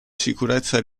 sicurezza